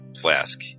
flask